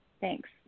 Thanks